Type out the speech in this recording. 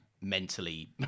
mentally